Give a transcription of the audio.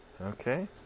Okay